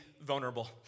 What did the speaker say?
vulnerable